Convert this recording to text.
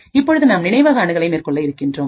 இப்பொழுது நாம் நினைவக அணுகலை மேற்கொள்ள இருக்கின்றோம்